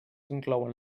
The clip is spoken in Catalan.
inclouen